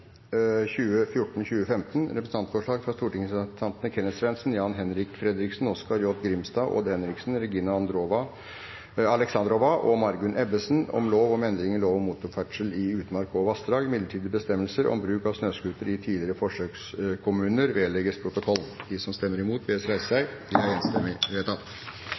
representantforslag fra stortingsrepresentantene Kenneth Svendsen, Jan-Henrik Fredriksen, Oskar J. Grimstad, Odd Henriksen, Regina Alexandrova og Margunn Ebbesen om lov om endring i lov om motorferdsel i utmark og vassdrag. Midlertidig bestemmelse om bruk av snøscooter i tidligere forsøkskommuner – vedlegges protokollen. Forlanger noen ordet før møtet heves? – Møtet er